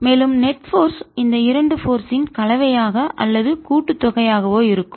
மேலும் net force நிகர விசை இந்த இரண்டு போர்ஸ் யின் சக்திகளின் கலவையாகவோ அல்லது கூட்டு தொகையாகவோ இருக்கும்